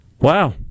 Wow